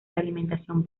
realimentación